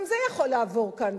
גם זה יכול לעבור כאן,